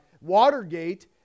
Watergate